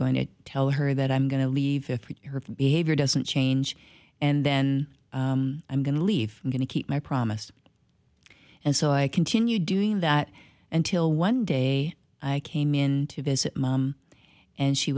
going to tell her that i'm going to leave her behavior doesn't change and then i'm going to leave i'm going to keep my promise and so i continue doing that until one day i came in to visit mom and she